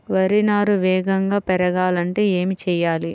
వరి నారు వేగంగా పెరగాలంటే ఏమి చెయ్యాలి?